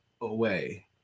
away